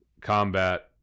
combat